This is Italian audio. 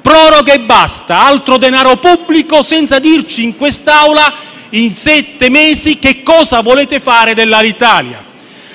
proroga e basta, altro denaro pubblico senza dirci in quest'Aula, in sette mesi, cosa volete fare dell'Alitalia.